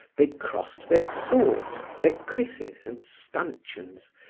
they crossed their swords, their krisses and stanchions,